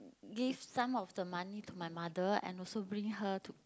give some of the money to my mother and also bring her to